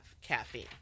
caffeine